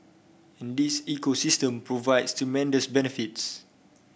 and this ecosystem provides tremendous benefits